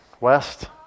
west